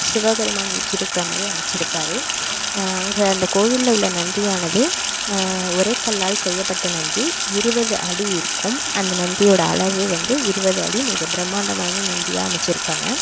சிவபெருமான் வீற்றிருக்கற மாதிரி அமைச்சிருப்பாரு அங்கே அந்த கோவிலில் உள்ள நந்தியானது ஒரே கல்லால் செய்யப்பட்ட நந்தி இருபது அடி இருக்கும் அந்த நந்தியோடய அளவு வந்து இருபது அடி மிக பிரம்மாண்டமான நந்தியாக அமைச்சிருக்காங்க